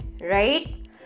right